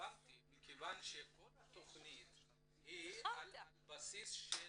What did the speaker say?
רלבנטי מכיוון שכל התכנית היא על בסיס של